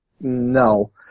No